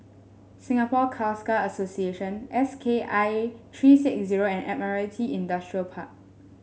Singapore Khalsa Association S K I three six zero and Admiralty Industrial Park